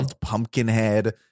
Pumpkinhead